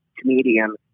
comedian